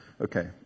Okay